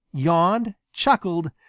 yawned, chuckled,